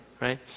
right